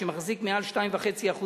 מי שמחזיק מעל 2.5%